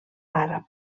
àrab